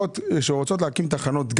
מדובר על אחוזים